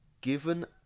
given